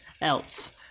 else